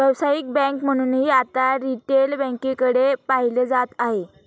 व्यावसायिक बँक म्हणूनही आता रिटेल बँकेकडे पाहिलं जात आहे